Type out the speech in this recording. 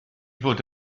fod